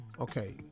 Okay